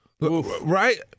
Right